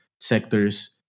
sectors